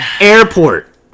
airport